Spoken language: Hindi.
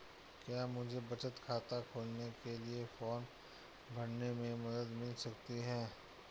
क्या मुझे बचत खाता खोलने के लिए फॉर्म भरने में मदद मिल सकती है?